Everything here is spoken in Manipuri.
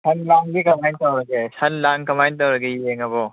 ꯁꯜ ꯂꯥꯡꯗꯤ ꯀꯃꯥꯏ ꯇꯧꯔꯒꯦ ꯁꯜ ꯂꯥꯡ ꯀꯃꯥꯏ ꯇꯧꯔꯒꯦ ꯌꯦꯡꯉꯕꯣ